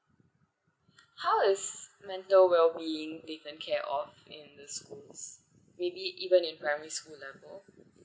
how is mental well being taken care of in the schools maybe even in primary school level